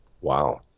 Wow